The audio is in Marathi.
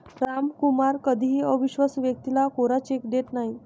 रामकुमार कधीही अविश्वासू व्यक्तीला कोरा चेक देत नाही